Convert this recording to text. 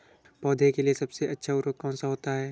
पौधे के लिए सबसे अच्छा उर्वरक कौन सा होता है?